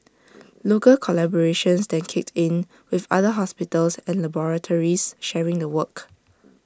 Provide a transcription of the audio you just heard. local collaborations then kicked in with other hospitals and laboratories sharing the work